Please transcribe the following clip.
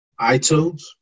iTunes